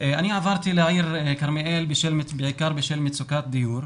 אני עברתי לעיר כרמיאל בעיקר בשל מצוקת דיור,